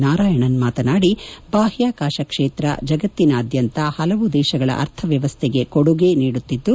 ನಾರಾಯಣನ್ ಮಾತನಾಡಿ ಬಾಹ್ಕಾಕಾಕ ಕ್ಷೇತ್ರ ಜಗತ್ತಿನಾದ್ಯಂತ ಹಲವು ದೇಶಗಳ ಅರ್ಥವ್ಲವಸ್ಥೆಗೆ ಕೊಡುಗೆ ನೀಡುತ್ತಿದ್ದು